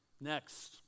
next